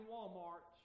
Walmart